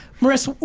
marisa,